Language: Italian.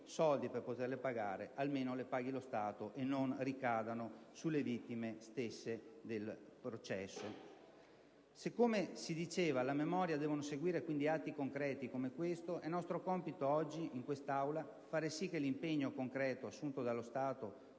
per pagarle, almeno le paghi lo Stato e non ricadano sulle vittime stesse. Se, come si diceva, alla memoria devono seguire atti concreti come questo, è nostro compito oggi, in quest'Aula, fare sì che l'impegno concreto assunto dallo Stato